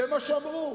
זה מה שאמרו.